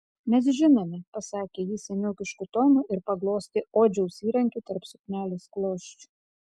mes žinome pasakė ji seniokišku tonu ir paglostė odžiaus įrankį tarp suknelės klosčių